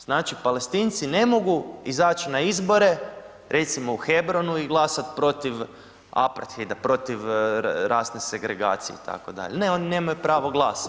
Znači, Palestinci ne mogu izać na izbore, recimo u Hebronu i glasat protiv Aparthida, protiv rasne segregacije itd., ne, oni nemaju pravo glasa.